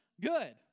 good